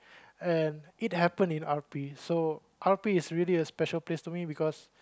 and it happen in R_P so R_P is really a special place to me because